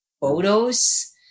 photos